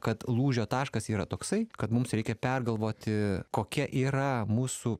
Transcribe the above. kad lūžio taškas yra toksai kad mums reikia pergalvoti kokia yra mūsų